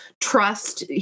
trust